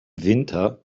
winter